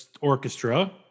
orchestra